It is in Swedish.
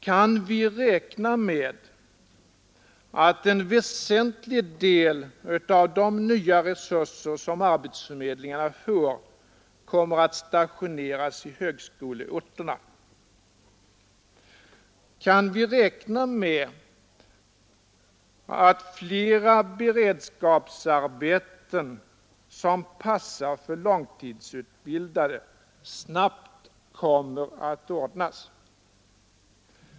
Kan vi räkna med att en väsentlig del av de nya resurser som arbetsförmedlingarna får kommer att stationeras vid högskoleorterna? Kan vi räkna med att flera beredskapsarbeten som passar för långtidsutbildade snabbt kommer att ordnas?